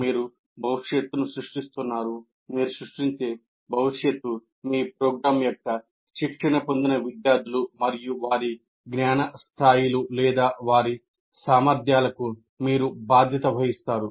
మీరు భవిష్యత్తును సృష్టిస్తున్నారు మీరు సృష్టించే భవిష్యత్తు మీ ప్రోగ్రామ్ యొక్క శిక్షణ పొందిన విద్యార్థులు మరియు వారి జ్ఞాన స్థాయిలు లేదా వారి సామర్థ్యాలకు మీరు బాధ్యత వహిస్తారు